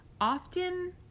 Often